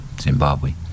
Zimbabwe